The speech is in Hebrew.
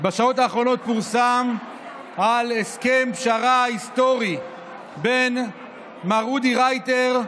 בשעות האחרונות פורסם על הסכם פשרה היסטורי בין מר אודי רייטר,